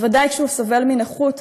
בוודאי כשהוא סובל מנכות,